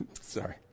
Sorry